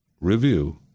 review